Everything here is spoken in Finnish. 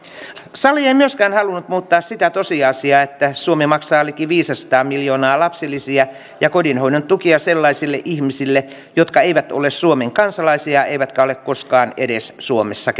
sali ei myöskään halunnut muuttaa sitä tosiasiaa että suomi maksaa liki viisisataa miljoonaa lapsilisiä ja kotihoidon tukia sellaisille ihmisille jotka eivät ole suomen kansalaisia eivätkä ole koskaan edes suomessa